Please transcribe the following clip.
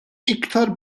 iktar